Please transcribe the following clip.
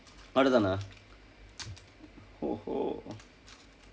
அவ்வளவுதானா:avvalvuthaanaa !oho!